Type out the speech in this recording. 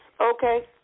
Okay